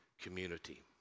community